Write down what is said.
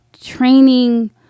training